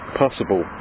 possible